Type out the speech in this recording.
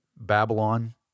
Babylon